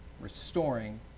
restoring